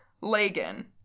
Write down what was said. Lagan